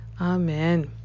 Amen